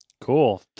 cool